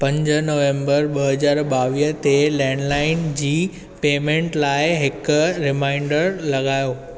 पंज नवम्बर ॿ हज़ार ॿावीह ते लैंडलाइन जी पेमेंट लाइ हिक रिमाइंडर लॻायो